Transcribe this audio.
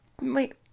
Wait